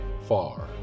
far